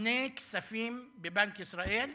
מונה כספים בבנק ישראל.